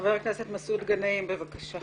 חבר הכנסת מסעוד גנאים, בבקשה.